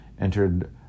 entered